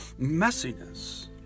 messiness